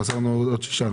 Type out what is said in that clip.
חסרים לנו עוד שישה.